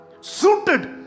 Suited